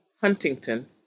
Huntington